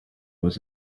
was